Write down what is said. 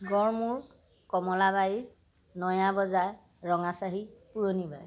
Garmur Kamalabari Nayabazar Rangachahi Puranibari